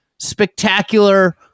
spectacular